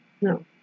No